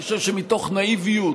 אני חושב שמתוך נאיביות,